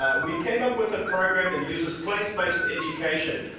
ah we came up with a program that uses place-based education,